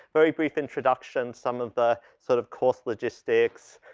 very brief introduction some of the sort of course logistics,